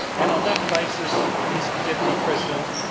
and on that basis, mr deputy president,